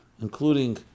including